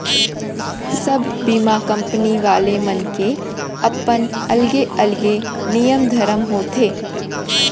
सब बीमा कंपनी वाले मन के अपन अलगे अलगे नियम धरम होथे